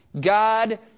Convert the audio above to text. God